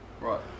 right